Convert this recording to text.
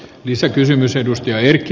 arvoisa puhemies